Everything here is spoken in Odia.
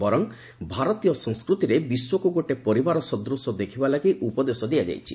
ବର୍ଚ ଭାରତୀୟ ସଂସ୍କୃତିରେ ବିଶ୍ୱକୁ ଗୋଟେ ପରିବାର ସଦୂଶ ଦେଖିବା ଲାଗି ଉପଦେଶ ଦିଆଯାଇଛି